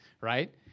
right